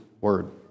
Word